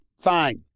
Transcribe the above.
fine